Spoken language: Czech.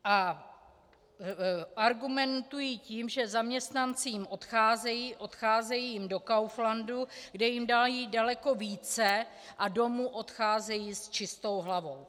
A argumentují tím, že zaměstnanci jim odcházejí, odcházejí jim do Kauflandu, kde jim dají daleko více, a domů odcházejí s čistou hlavou.